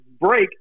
break